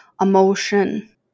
emotion